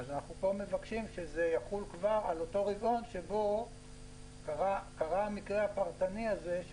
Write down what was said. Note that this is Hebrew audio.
אנחנו מבקשים שהכלל יחול כבר על אותו רבעון שבו קרה המקרה הפרטני הזה,